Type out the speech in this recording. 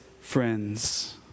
friends